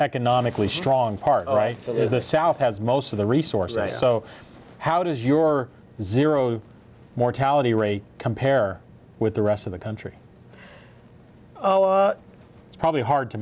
economically strong part all right so the south has most of the resources so how does your zero mortality rate compare with the rest of the country oh it's probably hard to